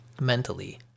mentally